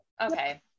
Okay